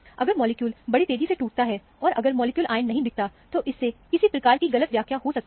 अगर मॉलिक्यूल बड़ी तेजी से टूटता है और अगर मॉलिक्यूलर आयन नहीं दिखता है तो इससे किसी प्रकार की गलत व्याख्या हो सकती है